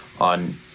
on